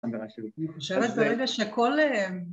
‫אני חושבת כרגע שכל...